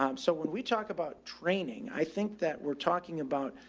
um so when we talk about training, i think that we're talking about